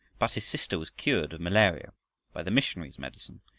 but his sister was cured of malaria by the missionary's medicine,